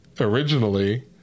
originally